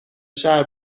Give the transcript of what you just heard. شهر